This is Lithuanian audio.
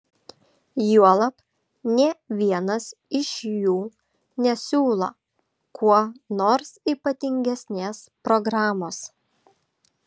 juolab nė vienas iš jų nesiūlo kuo nors ypatingesnės programos